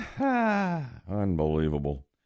Unbelievable